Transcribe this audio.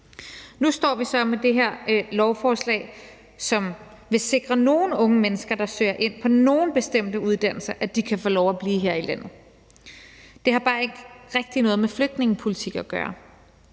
Nu står vi så med det her lovforslag, som vil sikre nogle unge mennesker, der søger ind på nogle bestemte uddannelser, at de kan få lov at blive her i landet. Det har bare ikke rigtig noget med flygtningepolitik at gøre.